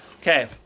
Okay